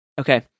Okay